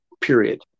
period